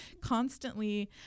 constantly